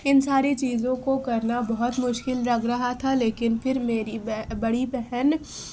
ان ساری چیزوں کو کرنا بہت مشکل لگ رہا تھا لیکن پھر میری بڑی بہن